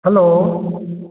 hello